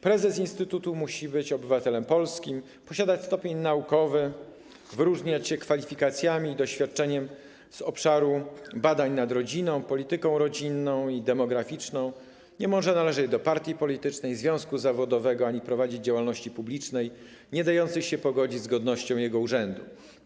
Prezes instytutu musi być obywatelem Polski, posiadać stopień naukowy, wyróżniać się kwalifikacjami i doświadczeniem z obszaru badań nad rodziną, polityką rodzinną i demograficzną, nie może należeć do partii politycznej, związku zawodowego ani prowadzić działalności publicznej niedającej się pogodzić z godnością jego urzędu.